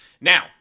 Now